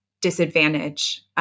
disadvantage